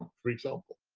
for example.